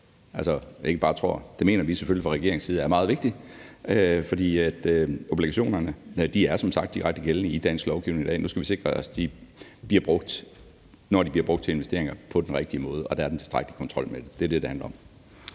investeringsbeslutninger. Det mener vi selvfølgelig fra regeringens side er meget vigtigt, fordi obligationerne som sagt er direkte gældende i dansk lovgivning i dag. Nu skal vi sikre os, at de bliver brugt, når de bliver brugt til investeringer, på den rigtige måde, og at der er den tilstrækkelige kontrol med det. Det er det, det handler om.